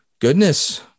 goodness